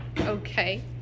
Okay